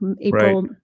April